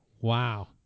Wow